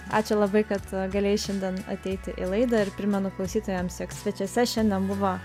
ačiū labai kad galėjai šiandien ateiti į laidą ir primenu klausytojams jog svečiuose šiandien buvo